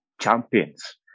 Champions